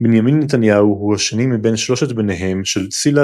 בנימין נתניהו הוא השני מבין שלושת בניהם של צילה